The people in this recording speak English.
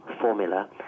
formula